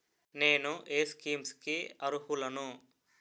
నేను ఏ స్కీమ్స్ కి అరుహులను?